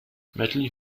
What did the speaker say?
medley